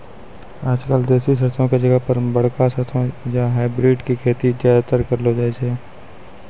आजकल देसी सरसों के जगह पर बड़का सरसों या हाइब्रिड के खेती ज्यादातर करलो जाय छै